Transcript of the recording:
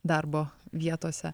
darbo vietose